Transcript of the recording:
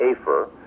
AFER